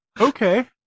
Okay